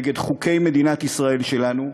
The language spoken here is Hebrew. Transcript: נגד חוקי מדינת ישראל שלנו,